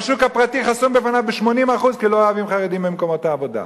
והשוק הפרטי חסום בפניו ב-80% כי לא אוהבים חרדים במקומות העבודה.